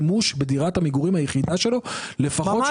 אבל יש תקרה לפטור בדירה יחידה, נכון?